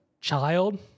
child